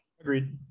Agreed